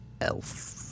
Elf